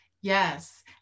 yes